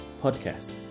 Podcast